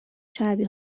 چربی